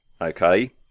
okay